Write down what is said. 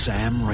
Sam